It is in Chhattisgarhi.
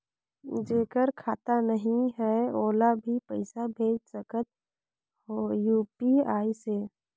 जेकर खाता नहीं है ओला भी पइसा भेज सकत हो यू.पी.आई से?